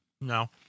No